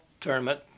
tournament